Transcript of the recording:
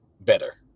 better